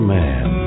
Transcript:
man